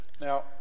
Now